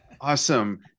Awesome